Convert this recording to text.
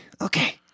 okay